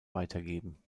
weitergeben